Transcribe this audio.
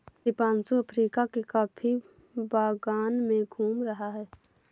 Deepanshu Africa के coffee बागान में घूम रहा है